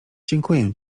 dziękuję